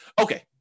Okay